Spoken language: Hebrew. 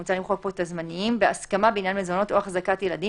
מוצע למחוק: זמניים - בהסכמה בעניין מזונות או החזקות ילדים